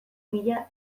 mila